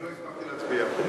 אני לא הספקתי להצביע,